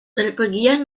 bepergian